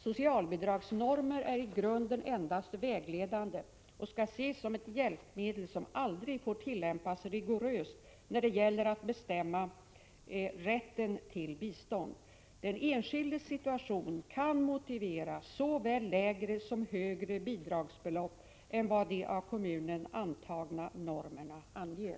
Socialbidragsnormer är i grunden endast vägledande och skall ses som ett hjälpmedel som aldrig får tillämpas rigoröst när det gäller att bestämma rätten till bistånd. Den enskildes situation kan motivera såväl lägre som högre bidragsbelopp än vad de av kommunen antagna normerna anger.